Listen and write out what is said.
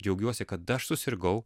džiaugiuosi kad aš susirgau